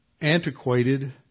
antiquated